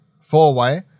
Four-Way